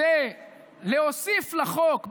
זה להוסיף לחוק,